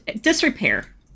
disrepair